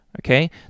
okay